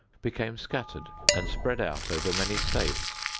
became scattered and spread out over many states.